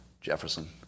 Jefferson